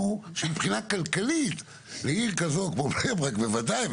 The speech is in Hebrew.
שמבחינה כלכלית לעיר כזו כמו בני ברק בוודאי,